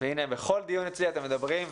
בכל דיון אצלי אתם מדברים,